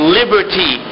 liberty